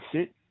sit